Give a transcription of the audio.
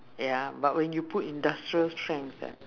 ya but when you put industrial strength